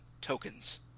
tokens